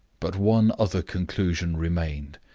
but one other conclusion remained.